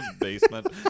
basement